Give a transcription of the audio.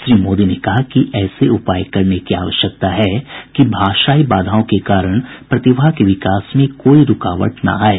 श्री मोदी ने कहा कि ऐसे उपाय करने की आवश्यकता है कि भाषाई बाधाओं के कारण प्रतिभा के विकास में कोई रूकावट न आये